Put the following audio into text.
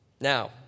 Now